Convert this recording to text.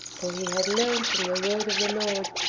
for he had learned from the word of the lord,